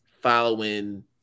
following